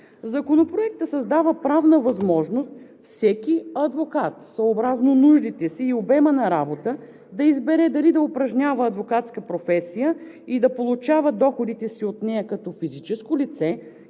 Законопроектът създава правна възможност всеки адвокат съобразно нуждите си и обема на работа да избере дали да упражнява адвокатската професия и да получава доходите си от нея като физическо лице,